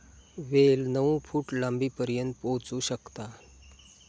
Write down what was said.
वेल नऊ फूट लांबीपर्यंत पोहोचू शकता